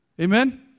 Amen